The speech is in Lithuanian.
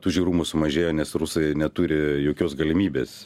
tų žiaurumų sumažėjo nes rusai neturi jokios galimybės